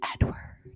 edward